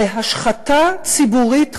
להשחתה ציבורית חמורה,